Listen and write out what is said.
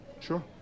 Sure